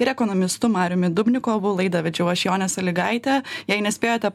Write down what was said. ir ekonomistu mariumi dubnikovu laidą vedžiau aš jonė sąlygaitė jei nespėjote